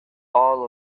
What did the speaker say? all